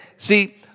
See